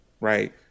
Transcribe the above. right